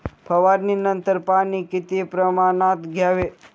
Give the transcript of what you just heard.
फवारणीनंतर पाणी किती प्रमाणात द्यावे?